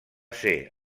ser